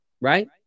Right